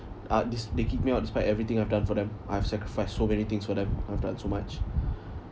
uh this they kicked me out despite everything I've done for them I've sacrificed so many things for them I've done so much